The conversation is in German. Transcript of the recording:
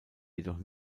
jedoch